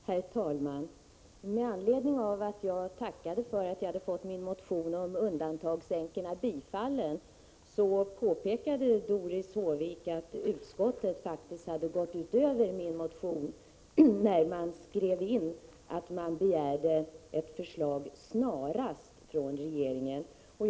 Herr talman! Med anledning av att jag tackade för att jag fått min motion om de s.k. undantagandeänkorna tillstyrkt påpekade Doris Håvik att man i utskottet faktiskt hade gått utöver motionen när man skrev in en begäran om ett förslag från regeringen ”snarast”.